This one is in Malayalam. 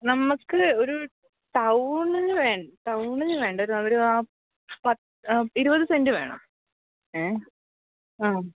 നമുക്ക് ഒരു ടൗൺ വേണ്ട ടൗണിൽ വേണ്ട ഒരു ആ പത്ത് ഇരുപത് സെൻറ്റ് വേണം ഏഹ് ആ